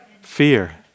Fear